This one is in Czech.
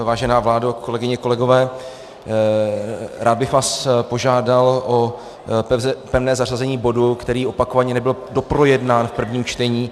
Vážená vládo, kolegyně, kolegové, rád bych vás požádal o pevné zařazení bodu, který opakovaně nebyl doprojednán v prvním čtení.